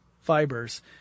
fibers